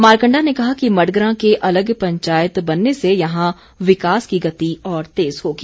मारकंडा ने कहा कि मडग्रां के अलग पंचायत बनने से यहां विकास की गति और तेज होगी